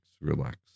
Relax